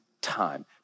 time